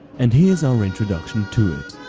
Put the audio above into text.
and here's our introduction to it.